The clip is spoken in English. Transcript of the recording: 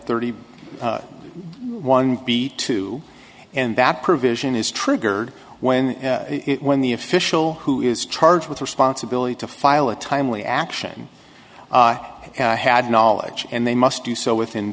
thirty one b two and that provision is triggered when it when the official who is charged with responsibility to file a timely action had knowledge and they must do so within